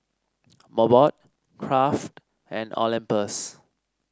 Mobot Kraft and Olympus